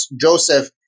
Joseph